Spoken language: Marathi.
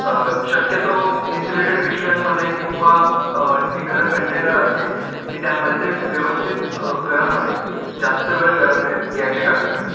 शक्यतो इन्सुलेटेड पिशव्यांमध्ये किंवा एखादा कंटेनर असे की त्यामध्ये ते व्यवस्थित गरम राहील जास्त वेळ गरम राहील याची काळजी घ्या